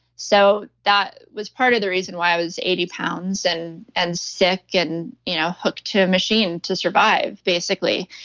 so that was part of the reason why i was eighty pounds and and sick and you know hooked to a machine to survive basically.